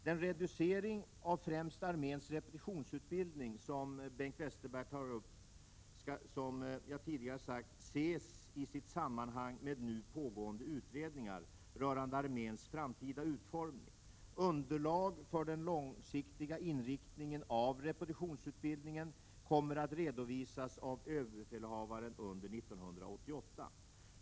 Den reducering av främst arméns repetitionsutbildning som Bengt Westerberg tar upp skall, som jag tidigare har sagt, ses i sammanhang med nu pågående utredningar rörande arméns framtida utformning. Underlag för den långsiktiga inriktningen av repetitionsutbildningen kommer att redovisas av överbefälhavaren under 1988.